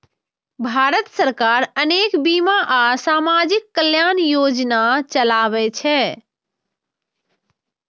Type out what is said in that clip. भारत सरकार अनेक बीमा आ सामाजिक कल्याण योजना चलाबै छै